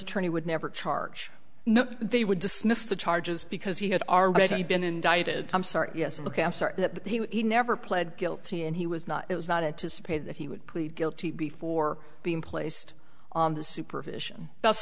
attorney would never charge no they would dismiss the charges because he had already been indicted i'm sorry yes look after that he never pled guilty and he was not it was not anticipated that he would plead guilty before being placed on the supervision that's